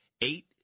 eight